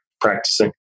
practicing